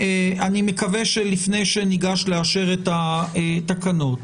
אני מקווה שלפני שניגש לאשר את התקנות?